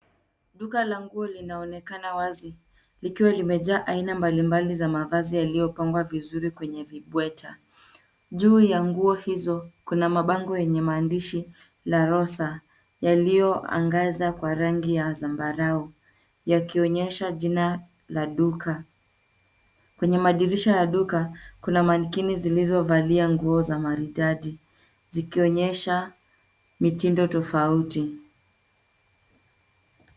Duka la nguo linaonekana wazi likiwa limejaa aina mbalimbali za mavazi yaliyopangwa vizuri kwenye vibweta. Juu ya nguo hizo kuna mabango yenye maandishi; La Rosa yaliyoangaza kwa rangi ya zambarau, yakionyesha jina la duka. Kwenye madirisha ya duka, kuna mannequin zilizovalia nguo za maridadi zikionyesha mitindo tofauti.